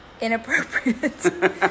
Inappropriate